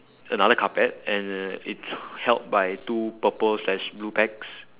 another carpet and it's held by two purple slash blue bags